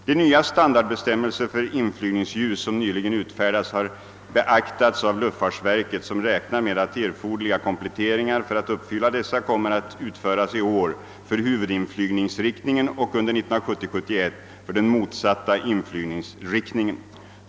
De nya standardbestämmelser för inflygningsljus som nyligen utfärdats har beaktats av luftfartsverket som räknar med att erforderliga kompletteringar för att uppfylla dessa kommer att utföras i år för huvudinflygningsriktningen och under 1970/71 för den motsatta inflygningsriktningen.